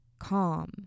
calm